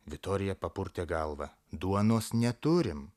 vitorija papurtė galvą duonos neturim